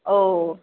oh